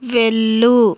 వెళ్ళు